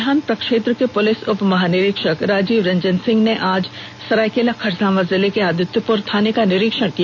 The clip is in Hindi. कोल्हान प्रक्षेत्र के पुलिस उपमहानिरीक्षक राजीव रंजन सिंह ने आज सरायकेला खरसावां जिले के आदित्यपुर थाना का निरीक्षण किया